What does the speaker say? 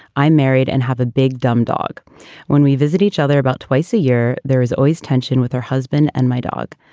i'm married and have a big dumb dog when we visit each other about twice a year. there is always tension with her husband and my dog.